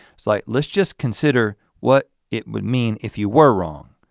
so like let's just consider what it would mean if you were wrong.